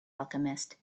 alchemist